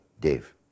Dave